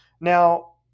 Now